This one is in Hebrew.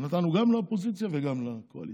ונתנו גם לאופוזיציה וגם לקואליציה.